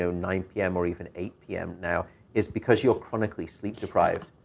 so nine p m. or even eight p m. now is because you're chronically sleep-deprived.